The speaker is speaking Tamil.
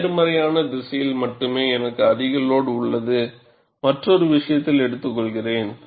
நேர்மறையான திசையில் மட்டுமே எனக்கு அதிக லோடு உள்ள மற்றொரு விஷயத்தை எடுத்துக்கொள்கிறேன்